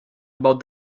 about